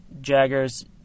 Jagger's